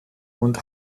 und